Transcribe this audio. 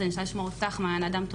אותך, מעין אדם.